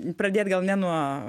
pradėt gal ne nuo